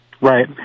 Right